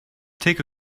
take